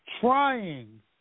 Trying